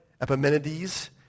Epimenides